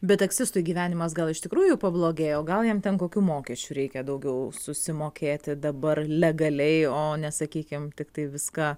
bet taksistui gyvenimas gal iš tikrųjų pablogėjo gal jam ten kokių mokesčių reikia daugiau susimokėti dabar legaliai o ne sakykim tiktai viską